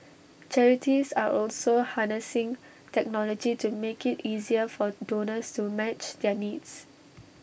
charities are also harnessing technology to make IT easier for donors to match their needs